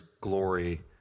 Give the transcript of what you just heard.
glory